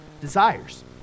desires